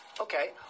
Okay